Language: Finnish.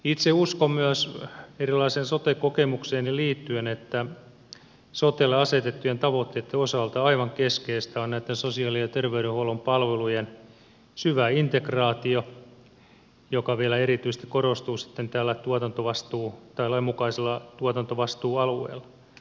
itse uskon myös erilaiseen sote kokemukseeni liittyen että sotelle asetettujen tavoitteitten osalta on aivan keskeistä näitten sosiaali ja terveydenhuollon palvelujen syvä integraatio joka vielä erityisesti korostuu sitten täällä lainmukaisella tuotantovastuualueella